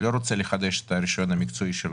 לא רוצה לחדש את הרישיון המקצועי שלו,